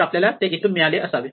तर आपल्याला ते येथून मिळाले असावे